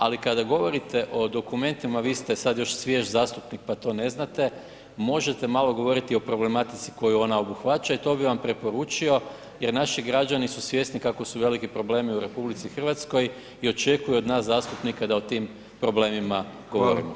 Ali kada govorite o dokumentima, vi ste sada još svjež zastupnik pa to ne znate, možete malo govoriti o problematici koju ona obuhvaća i to bih vam preporučio jer naši građani su svjesni kako su veliki problemi u RH i očekuju od nas zastupnika da o tim problemima govorimo.